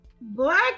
black